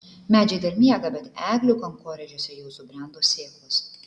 medžiai dar miega bet eglių kankorėžiuose jau subrendo sėklos